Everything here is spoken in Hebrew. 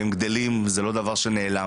הם גדלים, זה לא דבר שנעלם.